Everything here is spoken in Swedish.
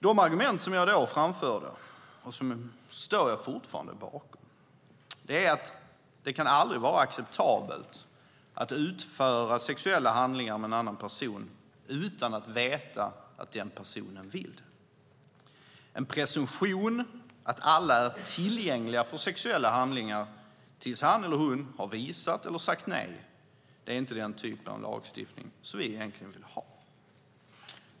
De argument som jag då framförde, och som jag fortfarande står bakom, var att det aldrig kan vara acceptabelt att utföra sexuella handlingar med en annan person utan att veta att personen vill det. En presumtion att alla är tillgängliga för sexuella handlingar tills han eller hon har visat eller sagt nej är inte den typen av lagstiftning som vi vill ha.